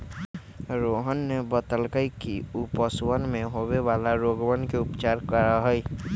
रोहन ने बतल कई कि ऊ पशुवन में होवे वाला रोगवन के उपचार के काम करा हई